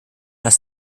dass